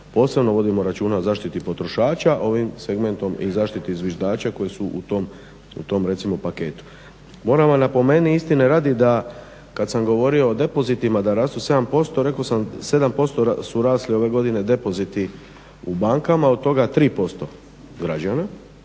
posebno vodimo računa o zaštiti potrošača ovim segmentom i zaštiti zviždača koji su u tom recimo paketu. Moram vam napomenuti istine radi kad sam govorio o depozitima da rastu 7%, rekao sam 7% su rasli ove godine depoziti u bankama, od toga tri